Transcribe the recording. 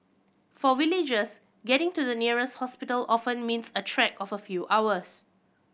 for villagers getting to the nearest hospital often means a trek of a few hours